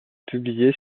publiés